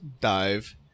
dive